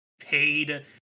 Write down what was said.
paid